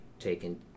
taken